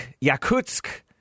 Yakutsk